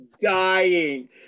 dying